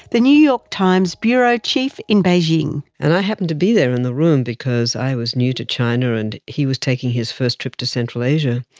the new york times bureau chief in beijing. and i happened to be there in the room because i was new to china and he was taking his first trip to central asia,